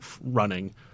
running